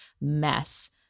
mess